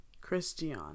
Christian